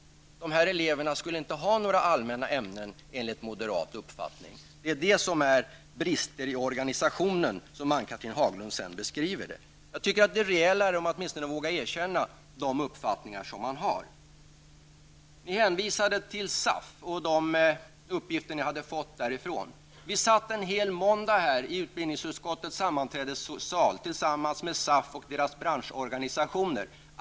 Dessa elever skulle inte ha några allmänna ämnen enligt moderat uppfattning. Detta är vad Ann Cathrine Haglund beskriver som ''brist i organisationen''. Det är rejälare om man åtminstone kan stå för de uppfattningar som man har. Ni hänvisade till SAF och de uppgifter som ni har fått därifrån. Vi satt en hel måndag i utbildningsutskottets sammanträdessal tillsammans med SAF och dess branschorganisationer.